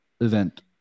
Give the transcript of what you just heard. event